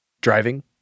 driving